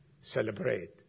celebrate